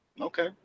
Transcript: Okay